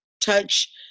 touch